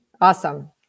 Awesome